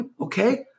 Okay